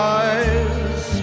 eyes